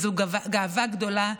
זו גאווה גדולה,